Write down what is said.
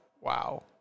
wow